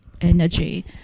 energy